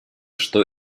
что